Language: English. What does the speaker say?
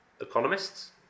economists